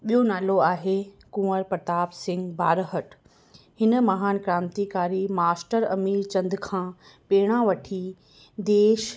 ॿियो नालो आहे कुंवर प्रताप सिंह बार हठ हिन महान क्रांतिकारी मास्टर अमीर चंद खां प्रेरणा वठी